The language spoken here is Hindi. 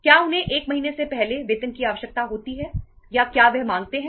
क्या उन्हें 1 महीने से पहले वेतन की आवश्यकता होती है या क्या वह मांगते हैं